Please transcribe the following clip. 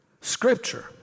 scripture